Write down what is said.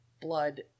blood